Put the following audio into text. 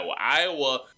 Iowa